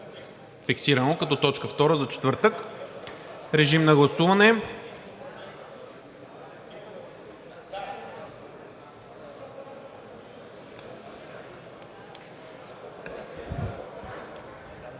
Фиксирано е като точка втора за четвъртък. Режим на гласуване.